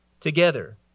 together